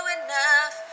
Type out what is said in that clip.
enough